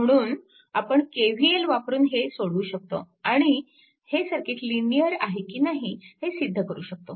म्हणून आपण KVL वापरून हे सोडवू शकतो आणि हे सर्किट लिनिअर आहे की नाही हे सिद्ध करू शकतो